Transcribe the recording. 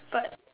but